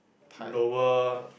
lower